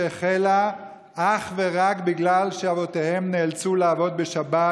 שהחלה אך ורק בגלל שאבותיהם נאלצו לעבוד בשבת